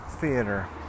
theater